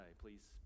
Please